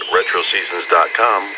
RetroSeasons.com